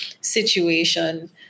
situation